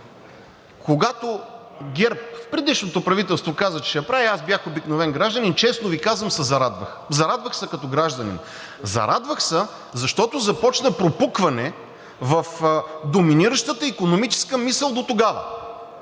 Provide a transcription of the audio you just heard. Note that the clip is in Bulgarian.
когато ГЕРБ в предишното правителство каза, че ще я прави, аз бях обикновен гражданин, честно Ви казвам, се зарадвах. Зарадвах се като гражданин, зарадвах се, защото започна пропукване в доминиращата икономическа мисъл дотогава.